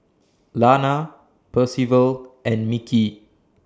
Lana Percival and Mickie